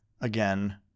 Again